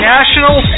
National